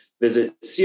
visit